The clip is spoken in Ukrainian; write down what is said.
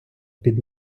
під